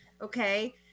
okay